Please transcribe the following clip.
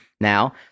now